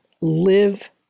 live